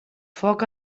foc